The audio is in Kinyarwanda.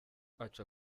aca